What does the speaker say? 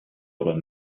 oder